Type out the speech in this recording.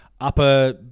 upper